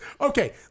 Okay